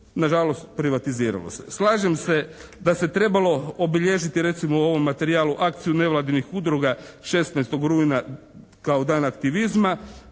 Na žalost, privatiziralo se. Slažem se, da se trebalo obilježiti recimo u ovom materijalu akciju nevladinih udruga 16. rujna kao Dan aktivizma